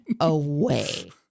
away